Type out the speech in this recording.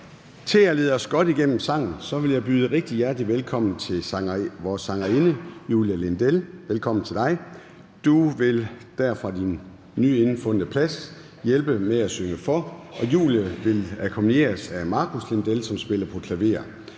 Til at lede os godt igennem sangen vil jeg byde rigtig hjertelig velkommen til vores sangerinde, Julie Lindell. Velkommen til dig. Du vil der fra din nyfundne plads hjælpe med at synge for, og Julie vil blive akkompagneret af Markus Lindell, som spiller klaver.